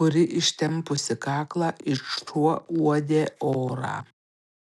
kuri ištempusi kaklą it šuo uodė orą